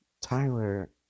Tyler